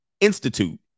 institute